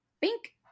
bink